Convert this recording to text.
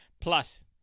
plus